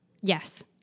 Yes